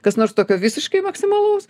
kas nors tokio visiškai maksimalaus